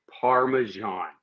parmesan